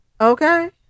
Okay